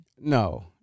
No